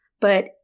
But-